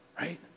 right